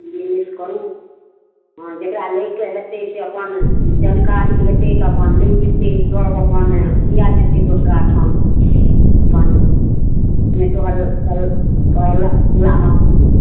business करू हाँ जकरा लए कऽ हेतै से अपन जानकारी हेतै तऽ अपन लए जेतै सभ अपन किए जेतै दोसरा ठाम अपन नहि कहल कहल कहला मोहल्लामे